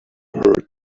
her